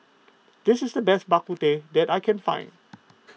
this is the best Bak Kut Teh that I can find